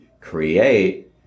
create